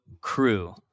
crew